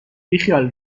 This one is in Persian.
بیخیال